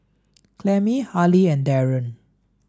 Clemmie Halie and Darryn